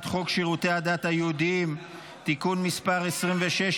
חוק שירותי הדת היהודיים (תיקון מס' 26),